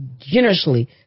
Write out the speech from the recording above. generously